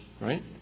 Right